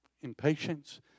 impatience